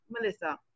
Melissa